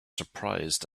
surprised